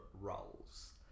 roles